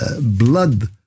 blood